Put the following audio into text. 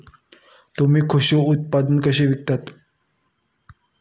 तुम्ही कृषी उत्पादने कशी विकता?